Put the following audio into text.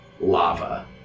lava